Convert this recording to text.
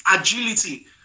agility